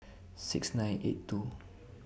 six nine eight two